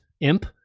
imp